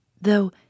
though